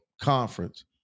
conference